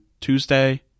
Tuesday